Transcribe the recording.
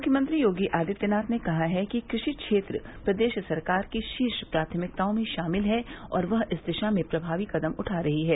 मुख्यमंत्री योगी आदित्यनाथ ने कहा है कि कृषि क्षेत्र प्रदेश सरकार की शीर्ष प्राथमिकताओं में शामिल है और वह इस दिशा में प्रमावी कदम उठा रही है